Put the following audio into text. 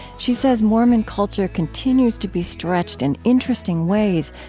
she says mormon culture continues to be stretched in interesting ways,